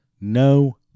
No